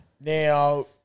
Now